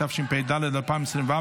התשפ"ד 2024,